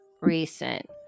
recent